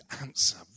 answer